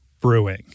Brewing